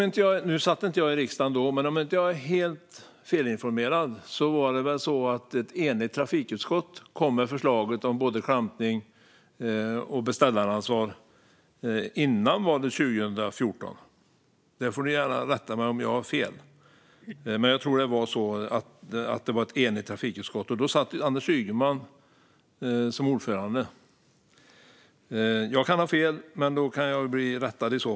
Jag satt inte i riksdagen då, men om jag inte är helt felinformerad var det väl så att ett enigt trafikutskott kom med förslagen om både klampning och beställaransvar före valet 2014. Ni får gärna rätta mig om jag har fel, men jag tror att det var ett enigt trafikutskott. Då satt Anders Ygeman som ordförande. Jag kan ha fel, men i så fall kan ni väl rätta mig.